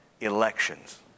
elections